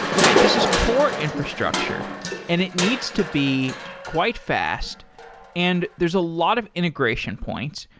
okay, this is core infrastructure and it needs to be quite fast and there's a lot of integration points.